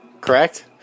Correct